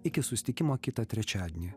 iki susitikimo kitą trečiadienį